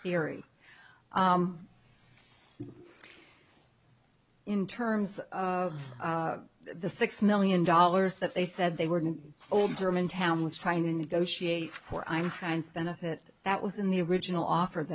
theory in terms of the six million dollars that they said they were an old german town was trying to negotiate for i'm kind benefits that was in the original offer